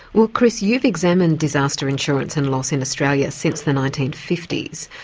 well chris, you've examined disaster insurance and loss in australia since the nineteen fifty s.